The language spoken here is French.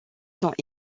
sont